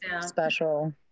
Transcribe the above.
special